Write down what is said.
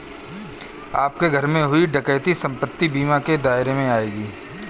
आपके घर में हुई डकैती संपत्ति बीमा के दायरे में आएगी